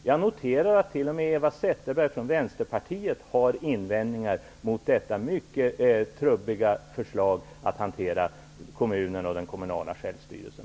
Jag noterar att t.o.m. Eva Zetterberg från Vänsterpartiet har invändningar mot detta mycket trubbiga förslag till hantering av kommunerna och den kommunala självstyrelsen.